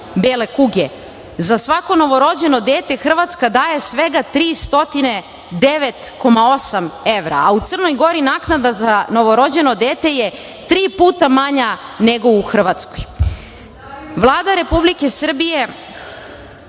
bele kuge, za svako novorođeno dete Hrvatska daje svega 309,8 evra, a u Crnoj Gori naknada za novorođeno dete je tri puta manja nego u Hrvatskoj. Vlada Republike Srbije